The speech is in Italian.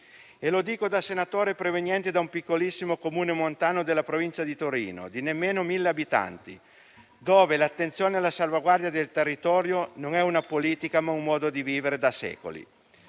Lo dico da senatore proveniente da un piccolissimo Comune montano della Provincia di Torino, di nemmeno 1.000 abitanti, dove l'attenzione alla salvaguardia del territorio non è una politica, ma un modo di vivere da secoli.